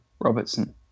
Robertson